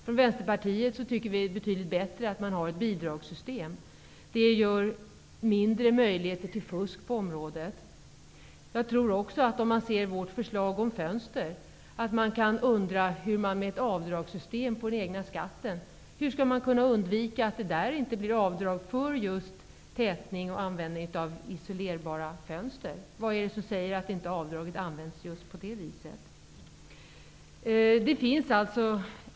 Vi i Vänsterpartiet tycker att det vore betydligt bättre med ett bidragssystem. Därigenom minskas möjligheterna till fusk på området. Beträffande vårt förslag om fönster kan man nog undra hur det med ett system, som innebär avdrag på den egna skatten, skall gå att undvika att avdrag görs för tätning och användning av isolerbara fönster. Vad är det som säger att avdraget inte nyttjas just på nämnda vis?